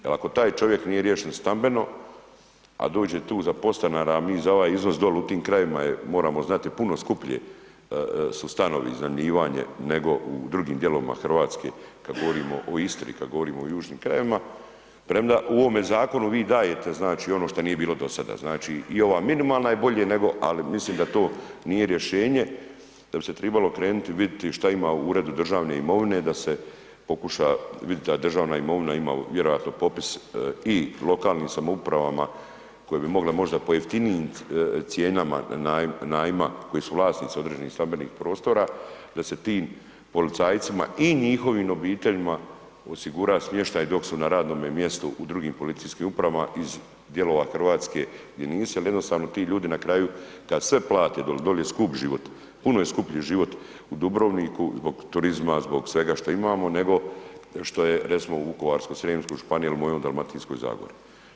Jel ako taj čovjek nije riješen stambeno, a dođe tu za podstanara, a mi za ovaj iznos doli u tim krajevima je moramo znati puno skuplje su stanovi, iznajmljivanje, nego u drugim dijelovima RH kad govorimo o Istri, kad govorimo o južnim krajevima, premda u ovome zakonu vi dajete, znači, ono što nije bilo do sada, znači, i ova minimalna je bolje, nego, ali mislim da to nije rješenje, da bi se tribalo okrenuti, vidjeti šta ima u uredu državne imovine da se pokuša vidit ta državna imovina, ima vjerojatno popis i lokalnim samoupravama koje bi mogle možda po jeftinijim cijenama najma koji su vlasnici određenih stambenih prostora da se tim policajcima i njihovim obiteljima osigura smještaj dok su na radnome mjestu u drugim policijskim upravama iz dijelova RH gdje nisu, jel jednostavno ti ljudi na kraju kad sve plate doli, doli je skup život, puno je skuplji život u Dubrovniku zbog turizma, zbog svega što imamo, nego što je recimo u vukovarsko-srijemskoj županiji il mojoj Dalmatinskoj Zagori.